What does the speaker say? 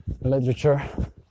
literature